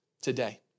today